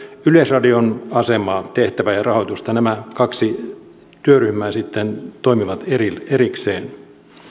yleisradion asemaa tehtävää ja rahoitusta nämä kaksi työryhmää sitten toimivat erikseen